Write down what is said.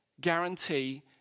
guarantee